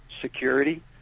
security